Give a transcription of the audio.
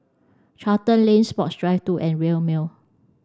Charlton Lane Sports Drive two and Rail Mall